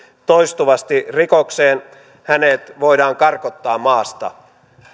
toistuvasti rikokseen hänet voidaan karkottaa maasta